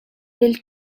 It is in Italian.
del